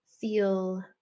feel